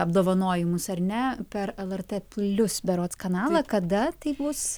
apdovanojimus ar ne per lrt plius berods kanalą kada tai bus